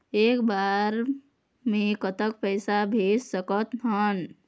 एक बार मे कतक पैसा भेज सकत हन?